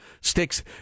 sticks